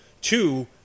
two